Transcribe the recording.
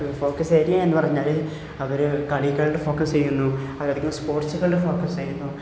focus area എന്ന് പറഞ്ഞാൽ അവർ കളികളുടെ ഫോക്കസ ചെയ്യുന്നു അവർ അധികവും സ്പോർട്സുകളുടെ ഫോക്കസ് ചെയ്യുന്നു